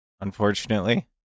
unfortunately